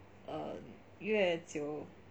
err 越久